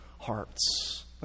hearts